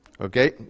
Okay